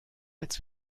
als